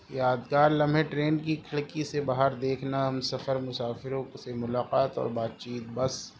یادگار لمحے ٹرین کی کھڑکی سے باہر دیکھنا ہم سفر مسافروں سے ملاقات اور بات چیت بس